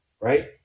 Right